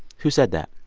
who said that?